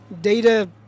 data